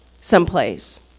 someplace